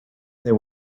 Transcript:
there